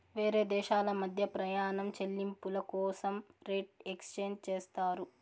వేరే దేశాల మధ్య ప్రయాణం చెల్లింపుల కోసం రేట్ ఎక్స్చేంజ్ చేస్తారు